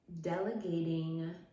delegating